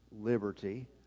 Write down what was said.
liberty